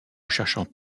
cherchant